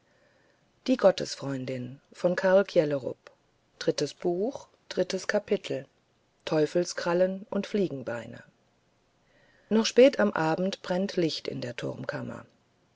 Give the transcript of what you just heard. drittes kapitel noch spät am abend brennt licht in der turmkammer